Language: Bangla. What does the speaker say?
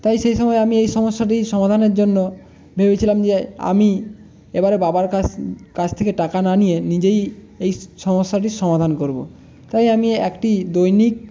তাই সেইসময় আমি এই সমস্যাটির সমাধানের জন্য ভেবেছিলাম যে আমি এবারে বাবার কাছ থেকে টাকা না নিয়ে নিজেই এই সমস্যাটির সমাধান করব তাই আমি একটি দৈনিক